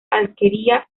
alquería